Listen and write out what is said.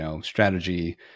strategy